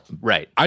right